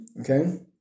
Okay